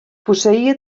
posseïa